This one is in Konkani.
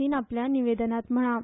सीन आपल्या निवेदनात म्हळा